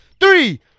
Three